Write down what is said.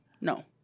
No